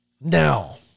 Now